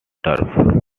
turf